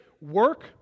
work